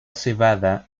cebada